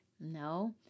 no